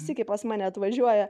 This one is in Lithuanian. sykį pas mane atvažiuoja